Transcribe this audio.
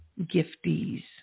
gifties